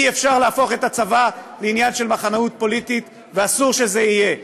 אי-אפשר להפוך את הצבא לעניין של מחנאות פוליטית ואסור שזה יהיה.